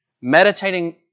Meditating